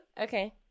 Okay